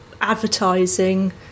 advertising